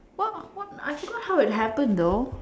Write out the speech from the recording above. what was what I forgot how it happened though